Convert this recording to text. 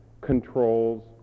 controls